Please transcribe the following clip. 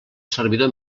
servidor